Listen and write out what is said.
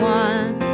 one